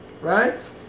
Right